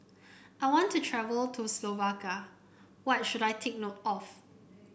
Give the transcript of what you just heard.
I want to travel to Slovakia what should I take note of